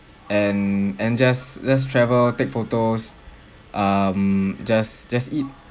and and just let's travel take photos um just just eat